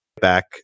back